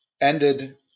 ended